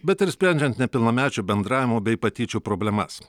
bet ir sprendžiant nepilnamečių bendravimo bei patyčių problemas